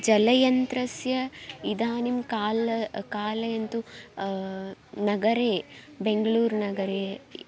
जलयन्त्रस्य इदानीं काल काले तु नगरे बेङ्गलूरुनगरे